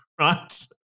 right